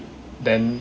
then